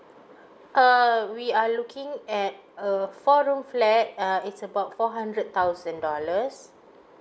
err we are looking at a four room flat uh it's about four hundred thousand dollars